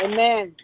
Amen